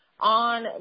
On